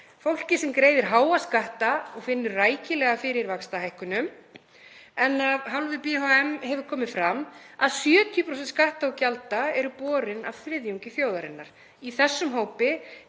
fólki sem greiðir háa skatta og finnur rækilega fyrir vaxtahækkunum. En af hálfu BHM hefur komið fram að 70% skatta og gjalda eru borin af þriðjungi þjóðarinnar. Í þessum hópi